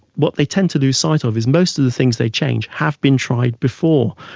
what they tend to lose sight of is most of the things they change have been tried before.